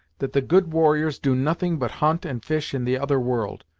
that the good warriors do nothing but hunt and fish in the other world,